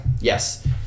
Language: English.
yes